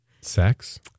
Sex